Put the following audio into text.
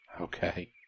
Okay